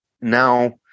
Now